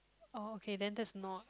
oh okay then that's not